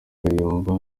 kayumba